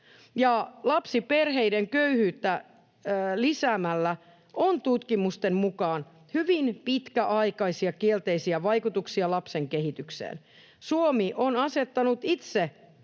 Lapsiperheiden köyhyyden lisäämisellä on tutkimusten mukaan hyvin pitkäaikaisia kielteisiä vaikutuksia lapsen kehitykseen. Suomi on asettanut itse tavoitteet